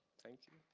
thank you